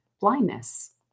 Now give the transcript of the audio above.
blindness